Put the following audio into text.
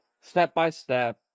step-by-step